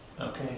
Okay